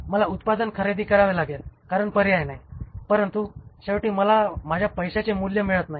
मला उत्पादन खरेदी करावे लागेल कारण पर्याय नाही परंतु शेवटी मला माझ्या पैशाचे मूल्य मिळत नाही